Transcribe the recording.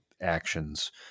actions